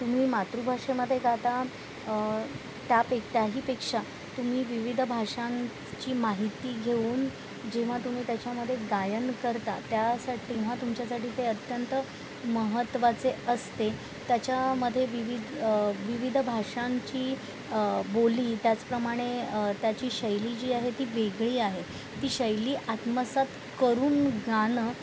तुम्ही मातृभाषेमध्ये गाता त्या पे त्याहीपेक्षा तुम्ही विविध भाषांची माहिती घेऊन जेव्हा तुम्ही त्याच्यामध्ये गायन करता त्यासाठी तेव्हा तुमच्यासाठी ते अत्यंत महत्त्वाचे असते त्याच्यामध्ये विविध विविध भाषांची बोली त्याचप्रमाणे त्याची शैली जी आहे ती वेगळी आहे ती शैली आत्मसात करून गाणं